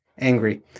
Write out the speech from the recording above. angry